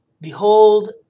Behold